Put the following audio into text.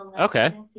Okay